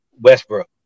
Westbrook